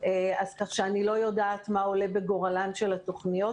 כך שאני לא יודעת מה עולה בגורלן של התוכניות.